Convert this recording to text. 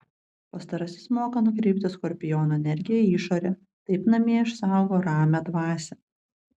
pastarasis moka nukreipti skorpiono energiją į išorę taip namie išsaugo ramią dvasią